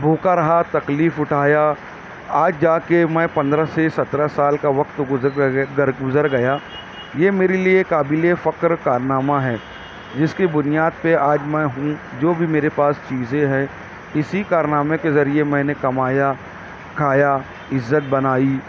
بھوکا رہا تکلیف اٹھایا آج جا کے میں پندرہ سے سترہ سال کا وقت گزر گیا یہ میرے لیے قابل فخر کارنامہ ہے اس کی بنیاد پہ آج میں ہوں جو بھی میرے پاس چیزیں ہیں اسی کارنامے کے ذریعے میں کمایا کھایا عزت بنائی